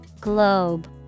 Globe